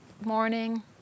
morning